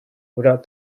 without